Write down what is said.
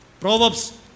Proverbs